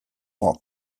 poc